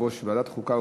יושב-ראש ועדת החוקה,